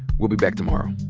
we'll be back tomorrow